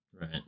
Right